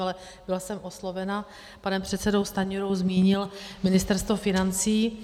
Ale byla jsem oslovena panem předsedou Stanjurou, zmínil Ministerstvo financí.